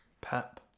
Pep